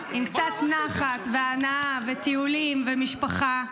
עם קצת נחת והנאה וטיולים ומשפחה,